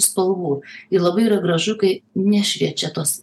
spalvų ir labai yra gražu kai nešviečia tos